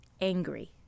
angry